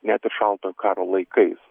net ir šaltojo karo laikais